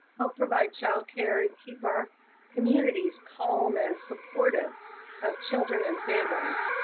help provide child care, and keep our communities calm and supportive of children and families.